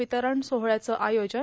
वितरण सोहळयाचं आयोजन